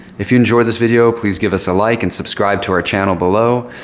if you enjoy this video, please give us a like and subscribe to our channel below,